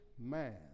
man